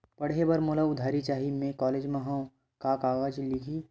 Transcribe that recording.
पढ़े बर मोला उधारी चाही मैं कॉलेज मा हव, का कागज लगही?